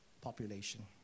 population